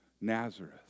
Nazareth